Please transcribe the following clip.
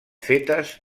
fetes